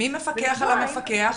מי מפקח על המפקח?